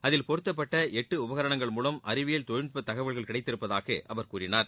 அதில் பொருத்தப்பட்ட எட்டு உபகரணங்கள் மூலம் அறிவியல் தொழில்நுட்ப தகவல்கள் கிடைத்திருப்பதாக அவர் கூறினார்